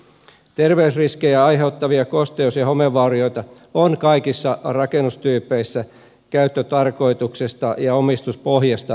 terveysriskejä aiheuttavia kosteus ja homevaurioita on kaikissa rakennustyypeissä käyttötarkoituksesta ja omistuspohjasta riippumatta